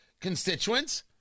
constituents